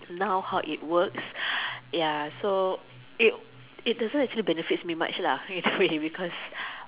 now how it works ya so it it doesn't actually benefits me much in a way because